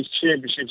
championships